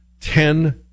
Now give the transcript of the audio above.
ten